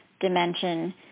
dimension